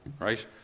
right